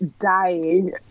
dying